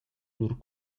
lur